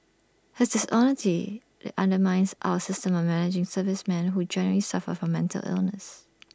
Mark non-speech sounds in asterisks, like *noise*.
his dishonesty *hesitation* undermines our system of managing servicemen who genuinely suffer from mental illness